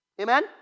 amen